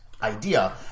Idea